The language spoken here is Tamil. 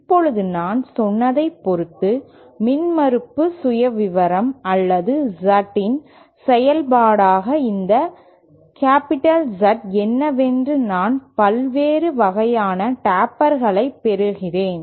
இப்போது நான் சொன்னதைப் பொறுத்து மின்மறுப்பு சுயவிவரம் அல்லது Z இன் செயல்பாடாக இந்த கேப்பிட்டல் Z என்னவென்று நான் பல்வேறு வகையான டேப்பர்களைப் பெறுகிறேன்